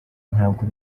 ntabwo